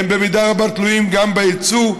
במידה רבה תלויה גם ביצוא,